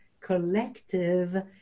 collective